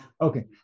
Okay